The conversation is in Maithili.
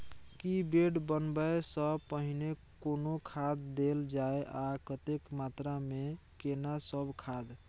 की बेड बनबै सॅ पहिने कोनो खाद देल जाय आ कतेक मात्रा मे केना सब खाद?